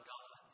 God